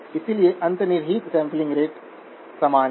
इसलिए अंतर्निहित sampling rate समान है